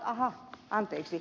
aha anteeksi